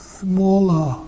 smaller